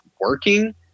working